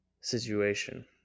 situation